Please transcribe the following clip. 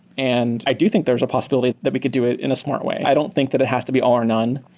and i do think there's a possibility that we could do it in a smart way. i don't think that it has to be all or none,